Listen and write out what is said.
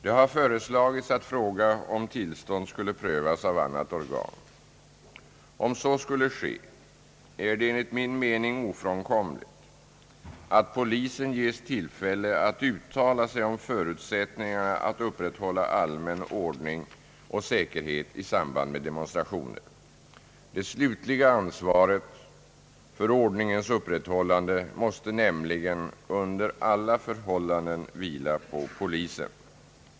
Det har föreslagits att fråga om tillstånd skulle prövas av annat organ. Om så skulle ske, är det enligt min mening ofrånkomligt att polisen ges tillfälle att uttala sig om förutsättningarna att upprätthålla allmän ordning och säkerhet i samband med demonstrationer. Det slutliga ansvaret för ordningens upprätthållande måste nämligen under alla förhållanden vila på polisen.